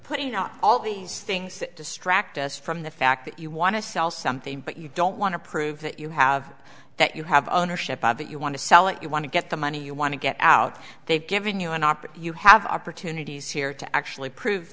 putting up all these things that distract us from the fact that you want to sell something but you don't want to prove that you have that you have ownership of it you want to sell it you want to get the money you want to get out they've given you an opera you have opportunities here to actually prove